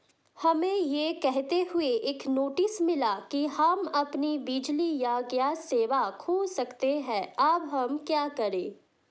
हमें यह कहते हुए एक नोटिस मिला कि हम अपनी बिजली या गैस सेवा खो सकते हैं अब हम क्या करें?